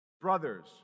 brothers